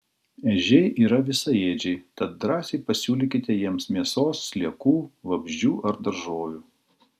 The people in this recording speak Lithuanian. ežiai yra visaėdžiai tad drąsiai pasiūlykite jiems mėsos sliekų vabzdžių ar daržovių